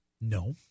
No